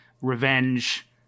revenge